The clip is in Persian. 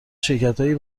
شرکتهایی